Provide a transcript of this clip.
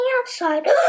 outside